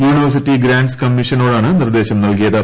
university grant കമ്മീഷനോടാണ് നിർദ്ദേശം നൽകിയത്